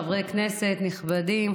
חברי כנסת נכבדים,